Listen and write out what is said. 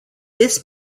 this